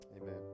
Amen